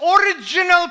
original